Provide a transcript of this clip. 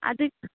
ಅದಕ್ಕೆ